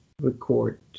record